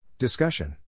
Discussion